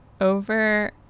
over